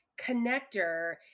connector